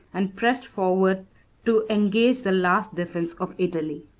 and pressed forwards to engage the last defence of italy.